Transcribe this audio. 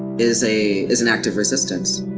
is a is an act of resistance.